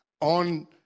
on